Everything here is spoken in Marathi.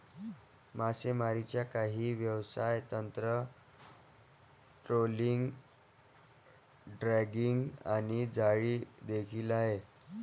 मासेमारीची काही व्यवसाय तंत्र, ट्रोलिंग, ड्रॅगिंग आणि जाळी देखील आहे